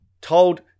told